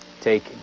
Take